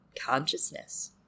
consciousness